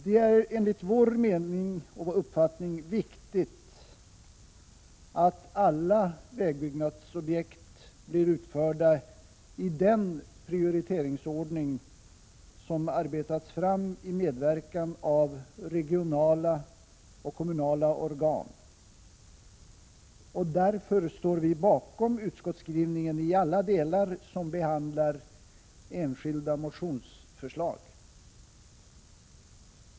Det är enligt vår uppfattning viktigt att alla vägbyggnadsprojekt blir utförda i den prioriteringsordning som arbetats fram i medverkan av regionala och kommunala organ, och därför står vi bakom utskottsskrivningen i alla delar som behandlar enskilda motionsförslag.